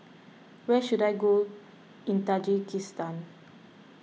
where should I go in Tajikistan